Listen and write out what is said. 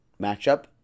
matchup